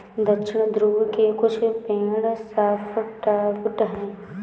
दक्षिणी ध्रुव के कुछ पेड़ सॉफ्टवुड हैं